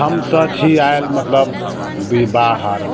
हम तऽ छी आयल मतलब बाहर